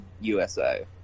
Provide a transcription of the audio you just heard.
USA